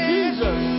Jesus